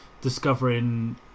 discovering